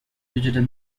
digital